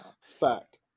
Fact